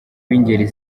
b’ingeri